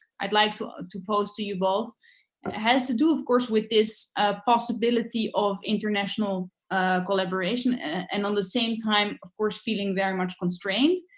i'd like to ah to pose to you both has to do of course with this possibility of international collaboration and on the same time, of course feeling very much constrained.